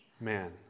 man